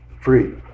Free